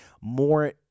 more